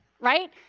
right